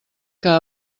que